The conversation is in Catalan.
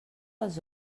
els